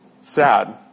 sad